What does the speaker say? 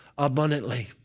Abundantly